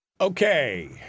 Okay